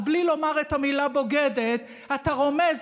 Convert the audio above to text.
אז בלי לומר את המילה "בוגדת" אתה רומז,